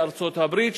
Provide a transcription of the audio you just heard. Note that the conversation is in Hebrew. בארצות-הברית,